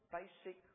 basic